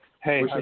Hey